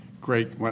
great